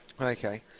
Okay